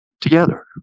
together